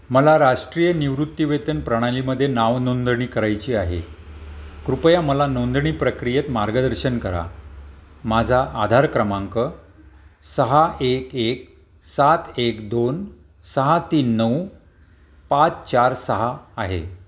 मला राष्ट्रीय निवृत्तीवेतन प्रणालीमध्ये नावनोंदणी करायची आहे कृपया मला नोंदणी प्रक्रियेत मार्गदर्शन करा माझा आधार क्रमांक सहा एक एक सात एक दोन सहा तीन नऊ पाच चार सहा आहे